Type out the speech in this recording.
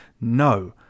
No